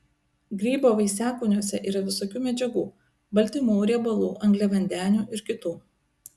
grybo vaisiakūniuose yra visokių medžiagų baltymų riebalų angliavandenių ir kitų